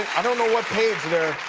i don't know what page they're